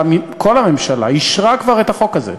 וכל הממשלה כבר אישרה את החוק הזה.